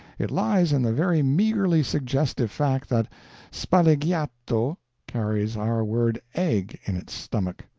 it lies in the very meagerly suggestive fact that spalleggiato carries our word egg in its stomach.